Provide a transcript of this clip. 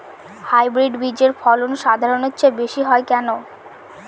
Hybrid বীজের ফলন সাধারণের চেয়ে বেশী হয় কেনো?